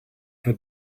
had